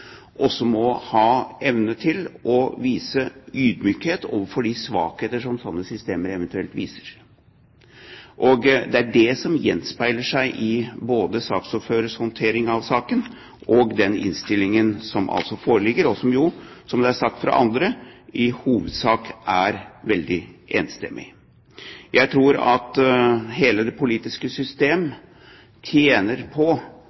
også må ha evne til å vise ydmykhet overfor de svakheter som slike systemer eventuelt viser. Det er det som gjenspeiler seg i både saksordførerens håndtering av saken og den innstillingen som altså foreligger, og som, som det er sagt fra andre, i hovedsak er veldig enstemmig. Jeg tror at hele det politiske systemet tjener på